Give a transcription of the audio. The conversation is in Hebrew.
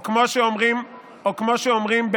או כמו שאומרים באנגלית,